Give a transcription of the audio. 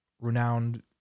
renowned